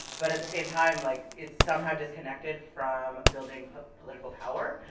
but at the same time, like, it's somehow disconnected from building political power,